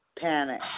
panic